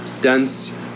dense